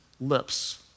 lips